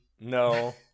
No